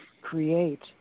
create